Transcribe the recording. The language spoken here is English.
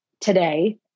today